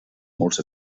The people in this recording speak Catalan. molts